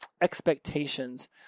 expectations